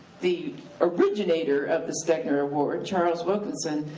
the originator of the stegner award, charles wilkinson,